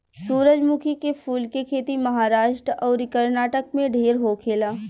सूरजमुखी के फूल के खेती महाराष्ट्र अउरी कर्नाटक में ढेर होखेला